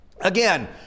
again